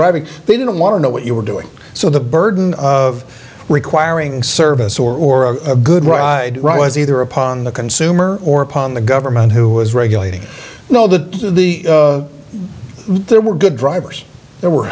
driving they didn't want to know what you were doing so the burden of requiring service or a good ride was either upon the consumer or upon the government who was regulating know that the there were good drivers there were